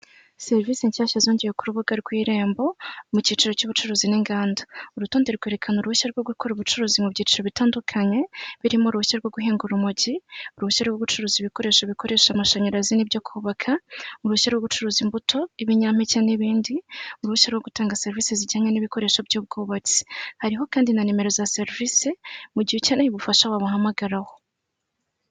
Serivisi nshyashya zongewe ku rubuga rw'irembo mu cyiciro cy'ubucuruzi n'inganda urutonde rwerekana uruhushya rwo gukora ubucuruzi mu byiciro bitandukanye birimo, urushya rwo guhinga urumogi, uruhushya rwo' gucuruza ibikoresho bikoresha amashanyarazi n'byo kubaka, urushya rwo gucuruza imbuto, ibinyampeke n'ibindi, uruhushya rwo gutanga serivisi zijyanye n'ibikoresho by'ubwubatsi hariho kandi na nimero za serivisi mu gihe ukeneye ubufasha wabahamagaraho.